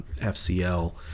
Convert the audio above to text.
FCL